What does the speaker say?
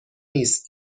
نیست